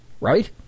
right